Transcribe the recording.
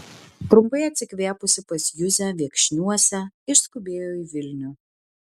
trumpai atsikvėpusi pas juzę viekšniuose išskubėjo į vilnių